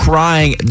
Crying